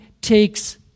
takes